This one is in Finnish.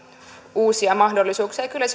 uusia mahdollisuuksia ja kyllä